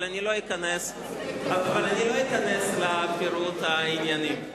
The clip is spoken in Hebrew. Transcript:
אבל אני לא אכנס לפירוט העניינים.